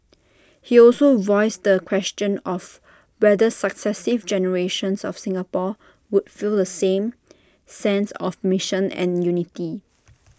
he also voiced the question of whether successive generations of Singapore would feel the same sense of mission and unity